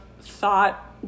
thought